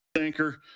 anchor